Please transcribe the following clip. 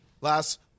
last